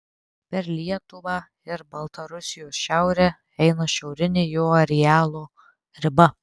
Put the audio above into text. per lietuvą ir baltarusijos šiaurę eina šiaurinė jo arealo riba